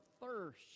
thirst